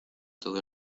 todo